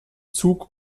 zug